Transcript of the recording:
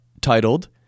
titled